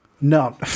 no